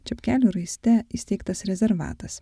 čepkelių raiste įsteigtas rezervatas